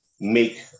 make